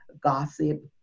gossip